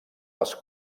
les